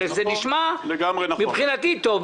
כי זה נשמע מבחינתי טוב,